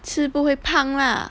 吃不会胖啦